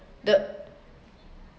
the